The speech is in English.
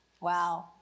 Wow